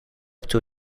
into